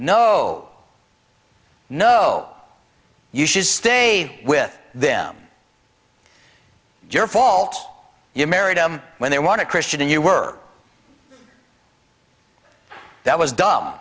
no no you should stay with them your fault you married him when they want a christian and you were that was dumb